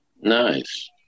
nice